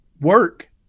work